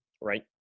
Right